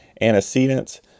antecedents